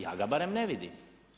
Ja ga barem ne vidim.